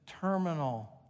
terminal